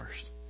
first